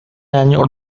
año